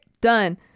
done